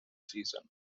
season